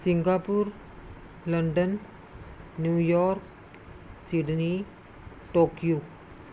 Singapore London New York Sydney Tokyo